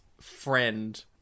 friend